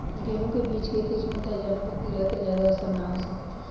गेहूं के बीज के किस्म बताई जवना पर कीड़ा के ज्यादा असर न हो सके?